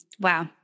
Wow